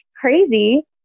crazy